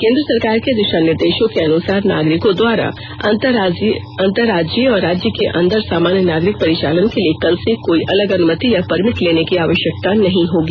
केंद्र सरकार के दिशा निर्देशों के अनुसार नागरिकों द्वारा अंतर राज्यीय और राज्य के अंदर सामान्य नागरिक परिचालन के लिए कल से कोई अलग अनुमति या परमिट लेने की आवश्यकता नहीं होगी